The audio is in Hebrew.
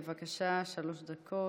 בבקשה, שלוש דקות.